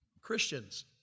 Christians